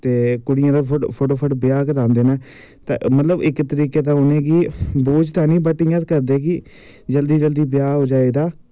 ते कुड़ियें दा फटोफट ब्याह् करांदे नै ते मतलव इक तरीके दा उनेंगी बोझ तां नी बट इ'यां करदे कि जल्दी जल्दी ब्याह् हो जाए इसदा